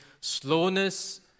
slowness